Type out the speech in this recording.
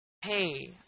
hey